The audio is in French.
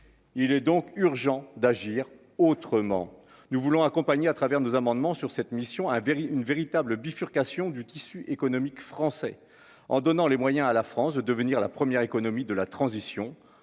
il est donc urgent d'agir autrement, nous voulons accompagner à travers nos amendements sur cette mission à une véritable bifurcation du tissu économique français en donnant les moyens à la France de devenir la première économie de la transition